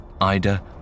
Ida